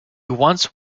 once